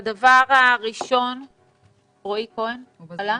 לפני האוצר נאפשר לרועי כהן להתייחס.